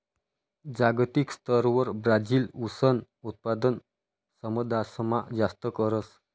जागतिक स्तरवर ब्राजील ऊसनं उत्पादन समदासमा जास्त करस